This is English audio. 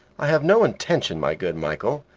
i have no intention, my good michael,